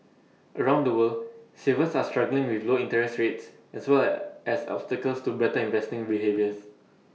around the world savers are struggling with low interest rates as well as obstacles to better investing behaviours